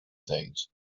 things